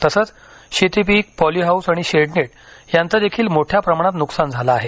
तसेच शेतीपीक पॉलीहाऊस आणि शेडनेट यांचेदेखील मोठ्या प्रमाणात नुकसान झालेले आहे